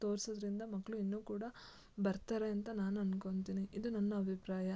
ತೋರಿಸೋದ್ರಿಂದ ಮಕ್ಕಳು ಇನ್ನು ಕೂಡ ಬರ್ತಾರೆ ಅಂತ ನಾನು ಅನ್ಕೊತಿನಿ ಇದು ನನ್ನ ಅಭಿಪ್ರಾಯ